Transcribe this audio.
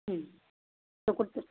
ம் இதோ கொடுத்து